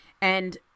and-